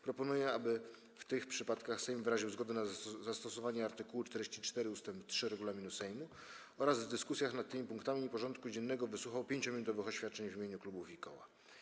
Proponuję, aby w tych przypadkach Sejm wyraził zgodę na zastosowanie art. 44 ust. 3 regulaminu Sejmu oraz w dyskusjach nad tymi punktami porządku dziennego wysłuchał 5-minutowych oświadczeń w imieniu klubów i koła.